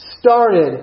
started